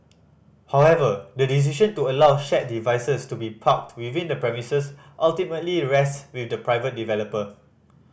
however the decision to allow shared devices to be parked within the premises ultimately rests with the private developer